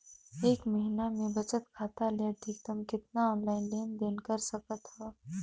एक महीना मे बचत खाता ले अधिकतम कतना ऑनलाइन लेन देन कर सकत हव?